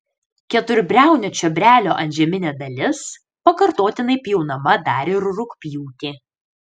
keturbriaunio čiobrelio antžeminė dalis pakartotinai pjaunama dar ir rugpjūtį